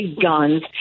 guns